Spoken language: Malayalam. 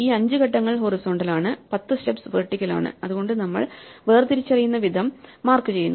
ഈ 5 ഘട്ടങ്ങൾ ഹൊറിസോണ്ടൽ ആണ് 10 സ്റ്റെപ്സ് വെർട്ടിക്കൽ ആണ് അതുകൊണ്ട് നമ്മൾ വേർതിരിച്ചറിയുന്ന വിധം മാർക്ക് ചെയ്യുന്നു